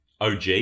OG